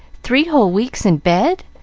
three whole weeks in bed!